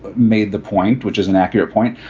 but made the point, which is an accurate point.